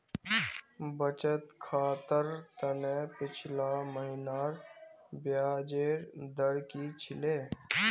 बचत खातर त न पिछला महिनार ब्याजेर दर की छिले